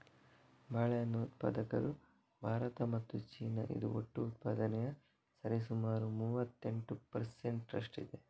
ಬಾಳೆಹಣ್ಣು ಉತ್ಪಾದಕರು ಭಾರತ ಮತ್ತು ಚೀನಾ, ಇದು ಒಟ್ಟು ಉತ್ಪಾದನೆಯ ಸರಿಸುಮಾರು ಮೂವತ್ತೆಂಟು ಪರ್ ಸೆಂಟ್ ರಷ್ಟಿದೆ